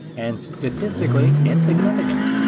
and statistically insignificant.